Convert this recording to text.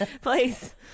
please